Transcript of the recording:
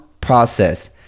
process